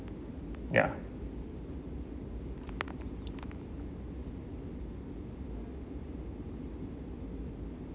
ya